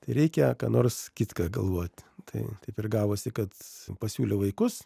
reikia ką nors kitką galvoti tai taip ir gavosi kad pasiūliau vaikus